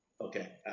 Okay